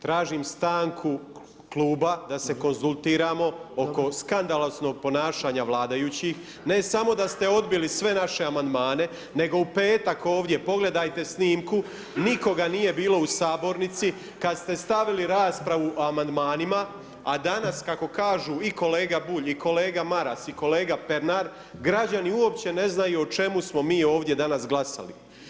Tražim stanku kluba da se konzultiramo oko skandaloznog ponašanja vladajućih, ne samo da ste odbili sve naše amandmane, nego u petak ovdje, pogledajte snimku, nikoga nije bilo u sabornici kada ste stavili raspravu o amandmanima a danas kako kažu i kolega Bulj i kolega Maras i kolega Pernar, građani uopće ne znaju o čemu smo mi ovdje danas glasali.